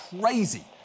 crazy